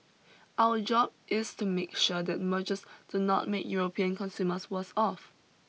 our job is to make sure that mergers do not make European consumers worse off